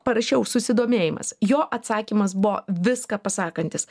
parašiau susidomėjimas jo atsakymas buvo viską pasakantis